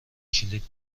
کلید